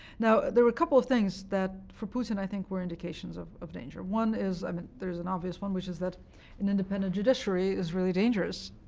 now, there were a couple of things that, for putin, i think, were indications of of danger. one is i mean there's an obvious one which is that an independent judiciary is really dangerous